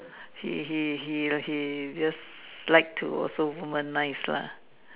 he he he he just like to womanize lah